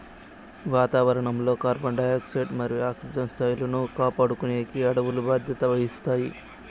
వాతావరణం లో carbon dioxide మరియు ఆక్సిజన్ స్థాయిలను కాపాడుకునేకి అడవులు బాధ్యత వహిస్తాయి